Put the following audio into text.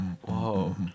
Whoa